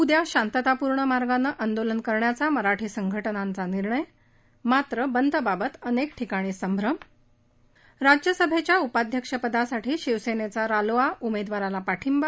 उद्या शांततापूर्ण मार्गानं आंदोलन करण्याचा मराठा संघटनांचा निर्णय मात्र बंद बाबत अनेक ठिकाणी संभ्रम राज्यसभेच्या उपाध्यक्ष पदासाठी शिवसेनेचा रालोआ उमेदवाराला पाठिंबा